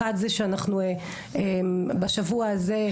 אחד זה שאנחנו בשבוע הזה,